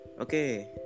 Okay